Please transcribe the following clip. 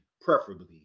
preferably